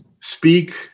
speak